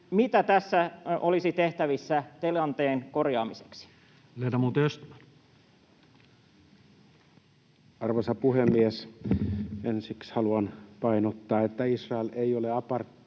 mitä tässä olisi tehtävissä tilanteen korjaamiseksi? Ledamot Östman. Arvoisa puhemies! Ensiksi haluan painottaa, että Israel ei ole apartheidvaltio